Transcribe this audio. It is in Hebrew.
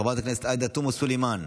חברת הכנסת עאידה תומא סלימאן,